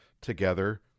together